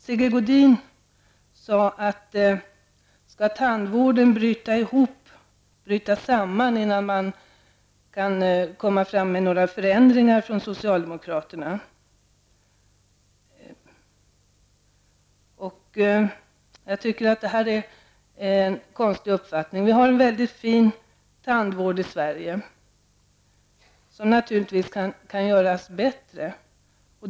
Sigge Godin frågade om tandvården skulle behöva bryta samman innan socialdemokraterna föreslår några förändringar. Den frågan tycker jag är märklig. Vi har en mycket fin tandvård i Sverige, som naturligtvis kan göras bättre.